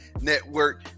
network